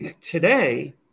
today